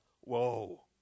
Whoa